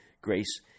grace